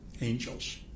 angels